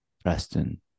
Preston